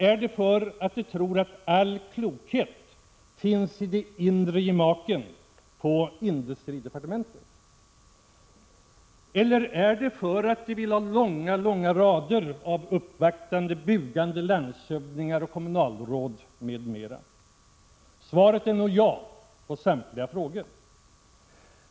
Är det för att de tror att all klokhet finns i de inre gemaken på industridepartementet? Eller är det för att de vill ha långa rader av uppvaktande, bugande landshövdingar, kommunalråd m.m.? Svaret är nog ja på samtliga frågor.